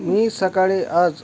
मी सकाळी आज